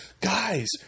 Guys